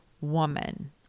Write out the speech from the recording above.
woman